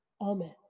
Amen